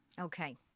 Okay